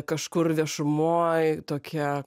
kažkur viešumoj tokia